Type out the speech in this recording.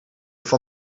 van